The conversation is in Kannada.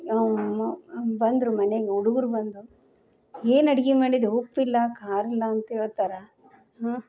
ಬಂದರು ಮನೆಗೆ ಹುಡುಗ್ರು ಬಂದು ಏನು ಅಡ್ಗೆ ಮಾಡಿದೆ ಉಪ್ಪಿಲ್ಲ ಖಾರ ಇಲ್ಲ ಅಂತ ಹೇಳ್ತಾರ ಹಾಂ